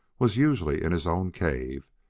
was usually in his own cave,